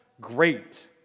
great